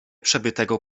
przebytego